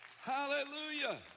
Hallelujah